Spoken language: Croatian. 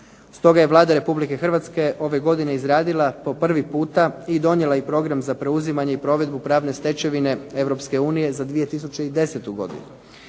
Stoga je Vlada Republike Hrvatske ove godine izradila po prvi puta i donijela i Program za preuzimanje i provedbu pravne stečevine Europske unije za 2010. godinu.